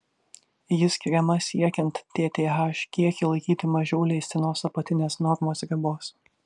ji skiriama siekiant tth kiekį laikyti mažiau leistinos apatinės normos ribos